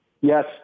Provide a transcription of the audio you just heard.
Yes